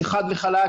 זזה חד וחלק,